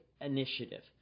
initiative